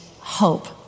hope